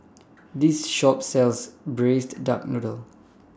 This Shop sells Braised Duck Noodle